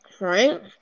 Right